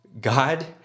God